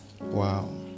wow